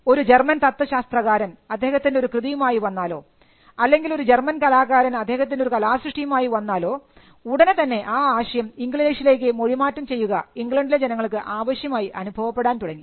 ഒരു ജർമ്മൻ തത്വശാസ്ത്രകാരൻ അദ്ദേഹത്തിൻറെ ഒരു കൃതിയുമായി വന്നാലോ അല്ലെങ്കിൽ ഒരു ജർമൻ കലാകാരൻ അദ്ദേഹത്തിൻറെ ഒരു കലാസൃഷ്ടിയമായി വന്നാലോ ഉടനെതന്നെ ആ ആശയം ഇംഗ്ലീഷിലേക്ക് മൊഴിമാറ്റം ചെയ്യുക ഇംഗ്ലണ്ടിലെ ജനങ്ങൾക്ക് ആവശ്യമായി അനുഭവപ്പെടാൻ തുടങ്ങി